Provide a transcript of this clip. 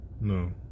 No